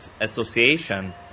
association